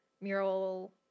mural